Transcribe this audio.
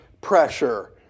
pressure